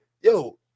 yo